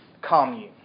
commune